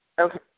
okay